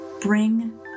Bring